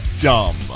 dumb